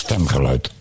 Stemgeluid